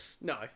No